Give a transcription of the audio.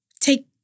take